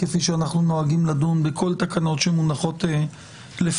כפי שאנחנו נוהגים לדון בכל התקנות שמונחות לפנינו.